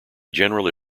generally